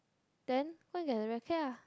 then go and get the racket ah